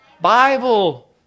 Bible